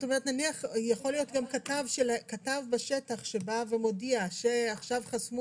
יכול להיות גם כתב בשטח שמודיע שעכשיו חסמו